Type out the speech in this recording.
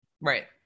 Right